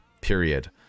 period